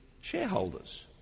shareholders